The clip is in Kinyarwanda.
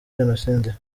jenoside